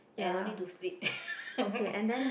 I don't need to sleep